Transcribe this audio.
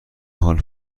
حال